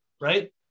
right